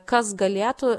kas galėtų